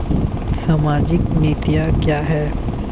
सामाजिक नीतियाँ क्या हैं?